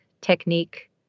technique